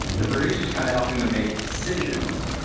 the producer is kind of helping them make decisions,